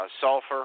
sulfur